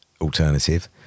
alternative